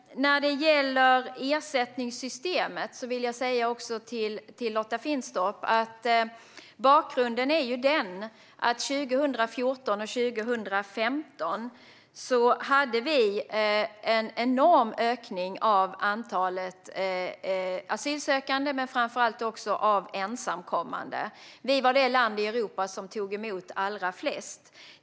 När det gäller ersättningssystemet vill jag säga följande till Lotta Finstorp. Bakgrunden är att 2014 och 2015 hade vi en enorm ökning antalet asylsökande men framför allt av ensamkommande. Sverige var det land i Europa som tog emot allra flest.